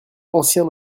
ancien